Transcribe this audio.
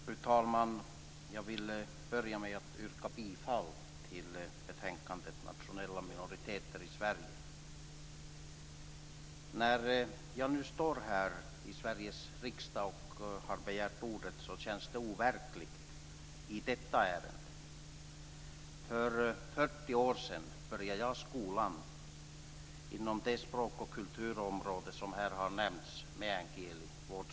Fru talman! Jag vill börja med att yrka bifall till hemställan i betänkandet Nationella minoriteter i Det känns overkligt att stå här i Sveriges riksdag efter att ha begärt ordet i detta ärende. Jag började för 40 år sedan gå i skolan inom det språk och kulturområde som här speciellt har nämnts.